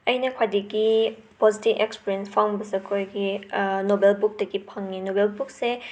ꯑꯩꯅ ꯈ꯭ꯋꯥꯏꯗꯒꯤ ꯄꯣꯖꯇꯤꯕ ꯑꯦꯡꯁꯄꯔꯦꯟꯁ ꯐꯪꯕꯁꯦ ꯑꯩꯈꯣꯏꯒꯤ ꯅꯣꯕꯦꯜ ꯕꯨꯛꯇꯒꯤ ꯐꯪꯉꯦ ꯅꯣꯕꯦꯜ ꯕꯨꯛꯁꯦ